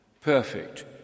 perfect